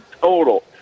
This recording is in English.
total